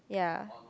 ya